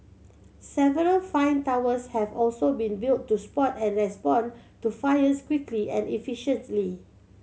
several fire towers have also been built to spot and respond to fires quickly and efficiently